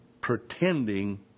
pretending